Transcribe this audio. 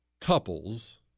couples